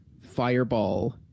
fireball